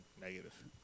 negative –